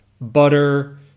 butter